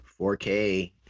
4K